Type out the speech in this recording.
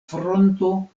fronto